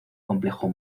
complejo